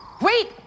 wait